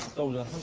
seola,